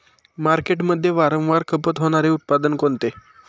मार्केटमध्ये वारंवार खपत होणारे उत्पादन कोणते?